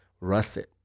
russet